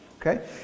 Okay